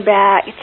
back